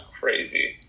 crazy